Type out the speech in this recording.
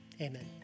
Amen